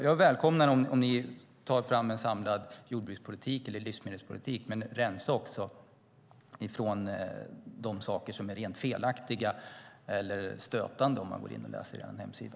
Jag välkomnar om ni tar fram en samlad jordbrukspolitik eller livsmedelspolitik. Men rensa också bort de saker som är rent felaktiga eller stötande på er hemsida.